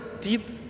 deep